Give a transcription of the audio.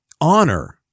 honor